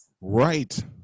Right